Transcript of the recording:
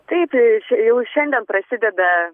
taip jau šiandien prasideda